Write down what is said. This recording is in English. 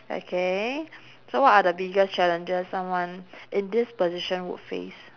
okay so what are the biggest challenges someone in this position would face